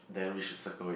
then we should circle it